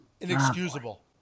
Inexcusable